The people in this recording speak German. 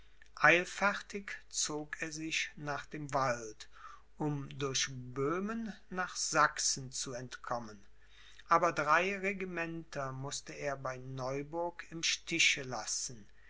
eilfertig zog er sich nach dem wald um durch böhmen nach sachsen zu entkommen aber drei regimenter mußte er bei neuburg im stiche lassen